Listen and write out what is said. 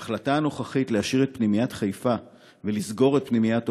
ההחלטה הנוכחית להשאיר את פנימיית חיפה ולסגור את פנימיית